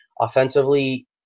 Offensively